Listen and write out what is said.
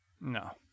No